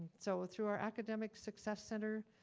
so through our academic success center,